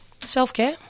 self-care